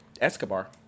Escobar